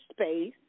Space